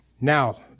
Now